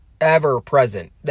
ever-present